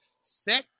set